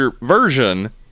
version